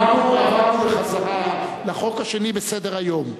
אנחנו עברנו חזרה לחוק השני בסדר-היום,